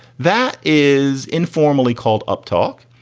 that is informally called uptalk.